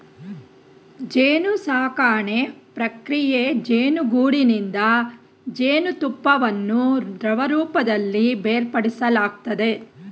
ಜೇನುಸಾಕಣೆ ಪ್ರಕ್ರಿಯೆ ಜೇನುಗೂಡಿನಿಂದ ಜೇನುತುಪ್ಪವನ್ನು ದ್ರವರೂಪದಲ್ಲಿ ಬೇರ್ಪಡಿಸಲಾಗ್ತದೆ